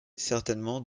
certainement